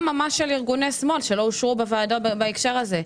של ארגוני שמאל שלא אושרו בהקשר הזה.